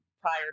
prior